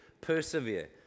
persevere